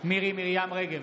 מירי מרים רגב,